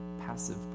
passive